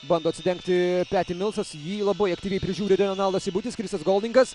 bando atsidengti peti milsas jį labai aktyviai prižiūri renaldas seibutis krisas goldingas